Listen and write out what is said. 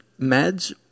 meds